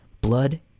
blood